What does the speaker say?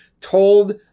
told